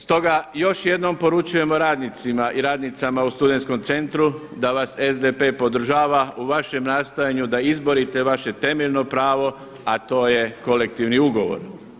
Stoga još jednom poručujemo radnicima i radnicama u Studenskom centru da vas SDP podržava u vašem nastojanju da izborite vaše temeljno pravo a to je kolektivni ugovor.